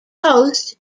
host